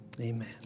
amen